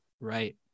Right